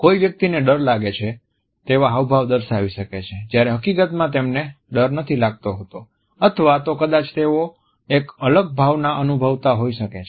કોઈ વ્યક્તિને ડર લાગે છે તેવા હાવભાવ દર્શાવી શકે છે જ્યારે હકીકતમાં તેમને ડર નથી લાગતો હોતો અથવા તો કદાચ તેઓ એક અલગ ભાવના અનુભવતા હોઈ શકે છે